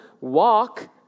Walk